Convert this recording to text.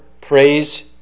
Praise